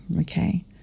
Okay